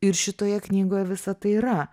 ir šitoje knygoje visa tai yra